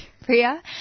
Priya